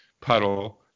puddle